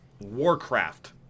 Warcraft